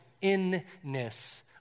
in-ness